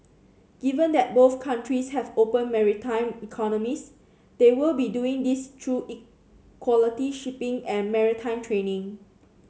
given that both countries have open maritime economies they will be doing this through quality shipping and maritime training